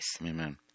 Amen